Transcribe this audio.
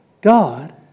God